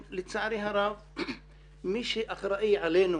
לצערי הרב מי שאחראי עלינו,